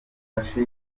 amfashe